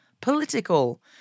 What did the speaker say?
political